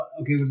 okay